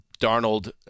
Darnold